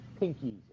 pinkies